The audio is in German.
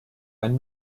ein